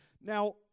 Now